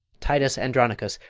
titus andronicus,